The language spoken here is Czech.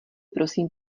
prosím